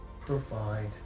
provide